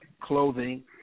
clothing